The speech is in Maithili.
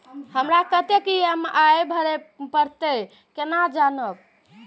हमरा कतेक ई.एम.आई भरें परतें से केना जानब?